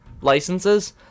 licenses